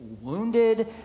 wounded